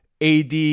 AD